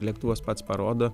lėktuvas pats parodo